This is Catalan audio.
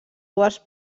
dues